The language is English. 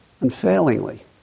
Unfailingly